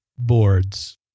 boards